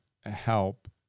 help